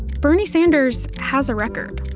bernie sanders has a record.